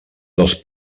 dels